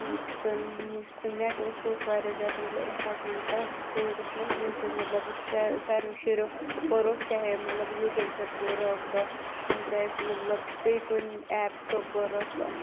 تہٕ یُس نیٹ اوس سُہ اوس واریاہ زیادٕ مَطلَب اِمپوٹَنٹ کووِصڈَس مَنٛز ییٚمہِ سۭتۍ مَطلَب ساروے شُریٚو پوٚرُکھ چاہے مَطلَب یوٗٹیوبَس پیٹھ پوٚرُکھ چاہے مَطلَب بییٚہِ کُنہِ ایپ تھرو پوٚرُکھ